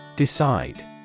Decide